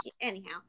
anyhow